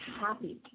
happy